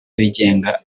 bigenga